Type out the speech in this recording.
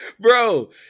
Bro